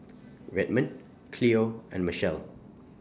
Redmond Cleo and Machelle